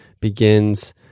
begins